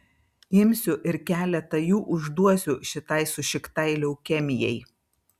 imsiu ir keletą jų užduosiu šitai sušiktai leukemijai